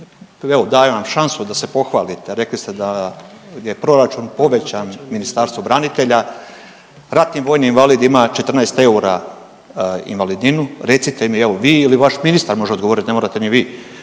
evo dajem vam šansu da se pohvalite, rekli ste da je proračun povećan Ministarstvu branitelja, ratni vojni invalid ima 14 eura invalidninu. Recite mi evo vi ili vaš ministar može odgovoriti, ne morate ni vi.